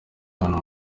hano